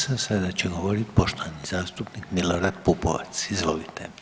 sada će govoriti poštovani zastupnik Milorad Pupovac, izvolite.